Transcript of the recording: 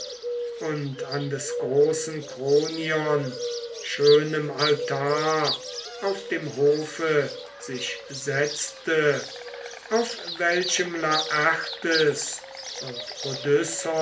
und an des großen kronion schönem altar auf dem hofe sich setzte auf welchem laertes und